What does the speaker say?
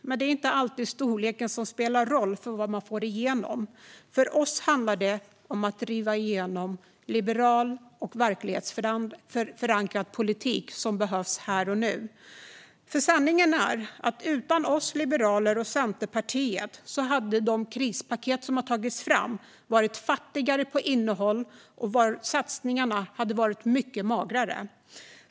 Men det är inte alltid storleken som spelar roll för vad man får igenom. För oss handlar det om att driva igenom liberal och verklighetsförankrad politik som behövs här och nu. Sanningen är att utan oss liberaler och utan Centerpartiet hade de krispaket som har tagits fram varit fattigare på innehåll, och satsningarna hade varit mycket magrare.